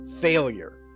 failure